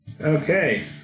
Okay